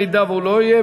אם הוא לא יהיה,